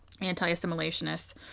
Anti-assimilationists